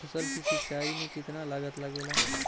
फसल की सिंचाई में कितना लागत लागेला?